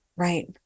Right